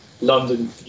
London